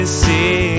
see